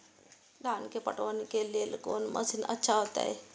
धान के पटवन के लेल कोन मशीन अच्छा होते?